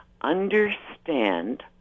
understand